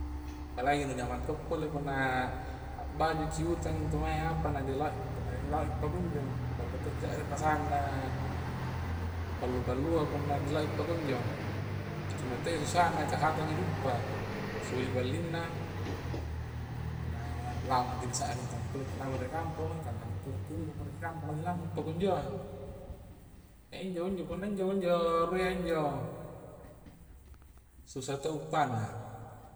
Palagi nu nyamang to' pole punna a bajuki yutang intu mae intu apa na dilau i pung dilau i pakunjo ballo to di se're rasanna pallu-pallua punna dilaui pakunjo cuma te susanna ka hatangi diguppa suli ballingnna na lamuji di sa'ring tala kulle ki lama ri kamponga tala kulleki timbo punna ri kamponga lamu pakunjo a injo njo punna injo minjo ruayya njo susah to umpanna